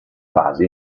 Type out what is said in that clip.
fasi